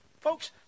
Folks